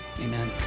amen